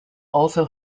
also